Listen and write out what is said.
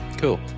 Cool